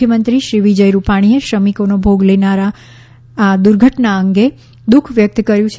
મુખ્યમંત્રીશ્રી વિજય રૂપાણીએ શ્રમિકોનો ભોગ લેનાર દુર્ઘટના અંગે દુઃખ વ્યક્ત કર્યું છે